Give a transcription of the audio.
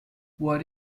what